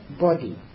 body